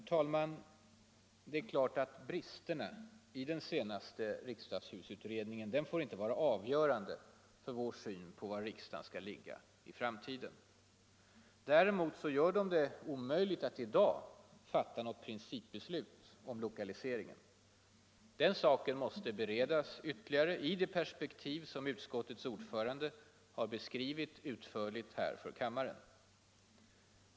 Det är klart att bristerna i den senaste riksdagshusutredningen inte får vara avgörande för vår syn på var riksdagen skall ligga i framtiden. Däremot gör de det omöjligt att i dag fatta något principbeslut om lokaliseringen. Den saken måste beredas ytterligare i det perspektiv som utskottets ordförande har beskrivit utförligt här för kammaren.